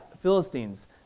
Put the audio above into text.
Philistines